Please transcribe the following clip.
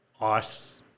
ice